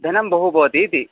धनं बहु भवति इति